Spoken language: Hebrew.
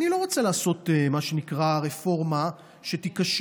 אני לא רוצה לעשות מה שנקרא רפורמה שתיכשל,